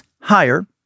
higher